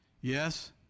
Yes